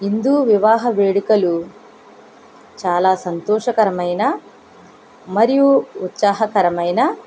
హిందు వివాహ వేడుకలు చాలా సంతోషకరమైన మరియు ఉత్సాహకరమైన